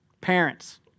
parents